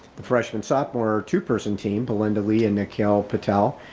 the freshman sophomore two person team, belinda lee and nikhyl patel.